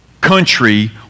country